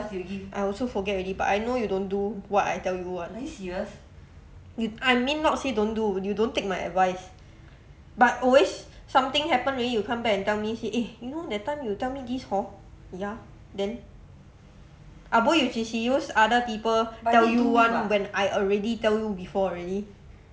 I also forget already but I know you don't do what I tell you [one] you I mean not say don't do you don't take my advice but always something happen already you come back and tell me say eh you know that time you tell me this hor arbo is you use other people tell you [one] when I already tell you before already